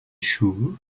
sure